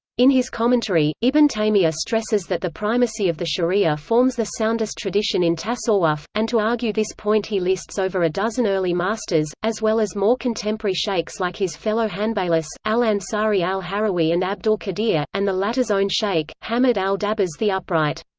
in his commentary, ibn taymiyya stresses that the primacy of the sharia forms the soundest tradition in tasawwuf, and to argue this point he lists over a dozen early masters, as well as more contemporary shaykhs like his fellow hanbalis, al-ansari al-harawi and abdul-qadir, and the latter's own shaykh, hammad al-dabbas the upright.